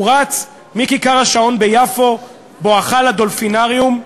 הוא רץ מכיכר השעון ביפו בואכה ה"דולפינריום".